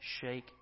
shake